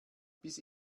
bis